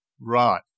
Right